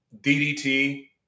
DDT